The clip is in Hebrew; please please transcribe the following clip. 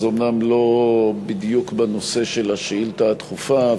זה אומנם לא בדיוק בנושא של השאילתה הדחופה,